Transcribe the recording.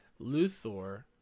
Luthor